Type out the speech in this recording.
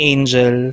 Angel